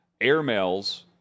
airmails